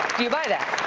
do you buy that?